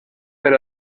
per